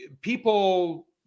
people